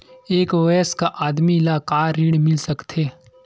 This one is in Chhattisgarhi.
एक वयस्क आदमी ला का ऋण मिल सकथे?